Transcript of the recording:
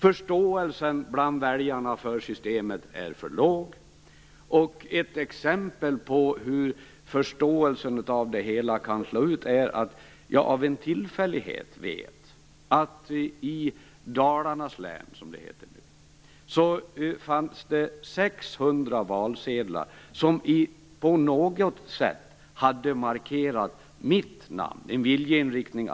Förståelsen bland väljarna för systemet är för låg. Ett exempel på hur förståelsen av det hela kan slå ut är att jag av en tillfällighet vet att i - som det heter nu - Dalarnas län fanns det 600 valsedlar där mitt namn på något sätt hade markerats, alltså med en viljeinriktning.